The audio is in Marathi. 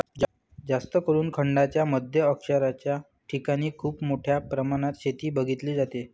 जास्तकरून खंडांच्या मध्य अक्षांशाच्या ठिकाणी खूप मोठ्या प्रमाणात शेती बघितली जाते